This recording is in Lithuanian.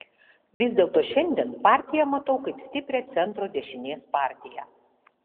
vis dėlto šiandien partiją matau kaip stiprią centro dešinės partiją